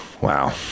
wow